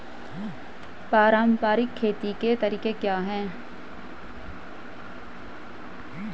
पारंपरिक खेती के तरीके क्या हैं?